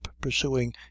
pursuing